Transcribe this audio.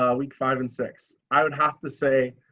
ah week five and six, i would have to say,